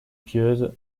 pieuse